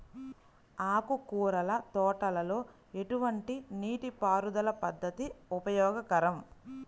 ఆకుకూరల తోటలలో ఎటువంటి నీటిపారుదల పద్దతి ఉపయోగకరం?